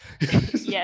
yes